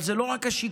אבל זה לא רק השיקום.